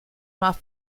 más